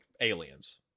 aliens